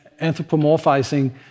anthropomorphizing